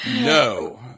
No